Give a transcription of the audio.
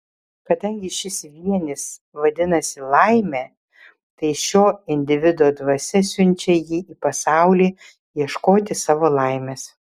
kadangi šis vienis vadinasi laimė tai šio individo dvasia siunčia jį į pasaulį ieškoti savo laimės